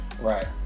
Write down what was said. right